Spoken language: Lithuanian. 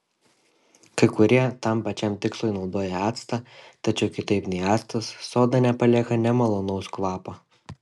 kai kurie tam pačiam tikslui naudoja actą tačiau kitaip nei actas soda nepalieka nemalonaus kvapo